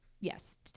yes